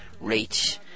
Reach